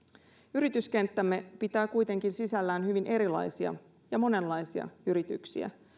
yrityskenttämme pitää kuitenkin sisällään hyvin erilaisia ja monenlaisia yrityksiä